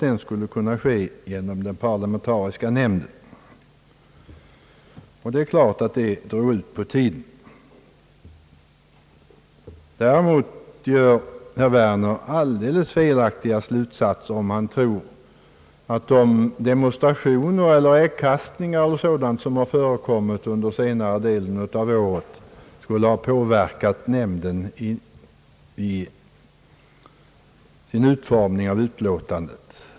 Den skulle ske genom den parlamentariska nämnden, och detta drog naturligtvis ut på tiden. Däremot drar herr Werner alldeles felaktiga slutsatser om han tror att demonstrationer och äggkastning, som förekommit under senare delen av det gångna året, skulle påverkat nämndens utformning av utlåtandet.